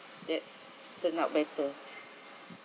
that turned out better